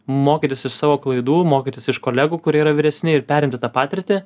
mokytis iš savo klaidų mokytis iš kolegų kurie yra vyresni ir perimti tą patirtį